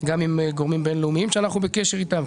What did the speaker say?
עם גורמים בינלאומיים שאנחנו בקשר איתם,